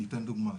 אני אתן דוגמה.